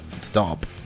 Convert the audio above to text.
stop